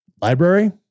library